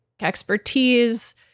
expertise